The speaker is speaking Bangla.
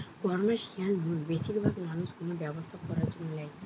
কমার্শিয়াল লোন বেশিরভাগ মানুষ কোনো ব্যবসা করার জন্য ল্যায়